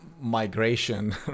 migration